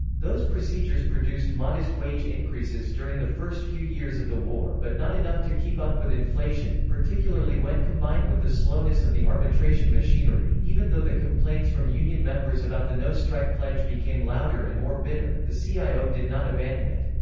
those procedures produced modest wage increases during the first few years of the war but not enough to keep up with inflation, particularly when combined with the slowness of the arbitration machinery even though the complaints from union members about the no-strike pledge became louder and more bitter, the so cio did not abandon it.